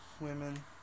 women